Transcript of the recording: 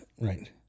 Right